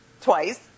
twice